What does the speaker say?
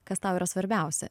kas tau yra svarbiausia